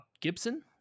Gibson